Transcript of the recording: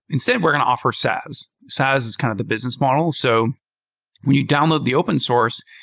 instead, we're going to offer saas. saas is kind of the business model. so when you download the open source,